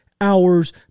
hours